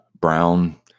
brown